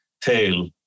tail